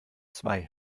zwei